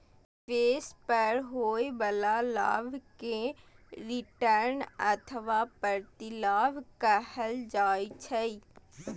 निवेश पर होइ बला लाभ कें रिटर्न अथवा प्रतिलाभ कहल जाइ छै